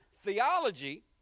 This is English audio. Theology